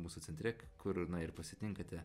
mūsų centre kur na ir pasitinkate